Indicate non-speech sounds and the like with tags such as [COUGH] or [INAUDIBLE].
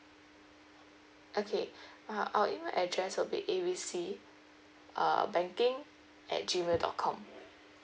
okay [BREATH] uh our email address will be A B C banking at G mail dot com